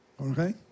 Okay